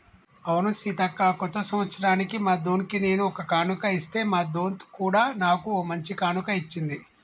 అవును సీతక్క కొత్త సంవత్సరానికి మా దొన్కి నేను ఒక కానుక ఇస్తే మా దొంత్ కూడా నాకు ఓ మంచి కానుక ఇచ్చింది